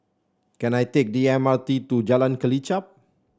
can I take the M R T to Jalan Kelichap